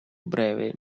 breve